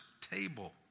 table